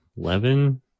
Eleven